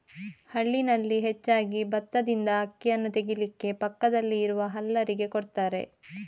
ಹಳ್ಳಿನಲ್ಲಿ ಹೆಚ್ಚಾಗಿ ಬತ್ತದಿಂದ ಅಕ್ಕಿಯನ್ನ ತೆಗೀಲಿಕ್ಕೆ ಪಕ್ಕದಲ್ಲಿ ಇರುವ ಹಲ್ಲರಿಗೆ ಕೊಡ್ತಾರೆ